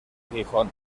gijón